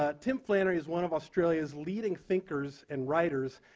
ah tim flannery is one of australia's leading thinkers and writers.